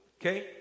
Okay